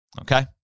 Okay